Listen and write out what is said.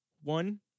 one